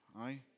aye